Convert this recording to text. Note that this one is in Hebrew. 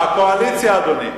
הקואליציה, אדוני.